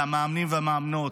למאמנים והמאמנות,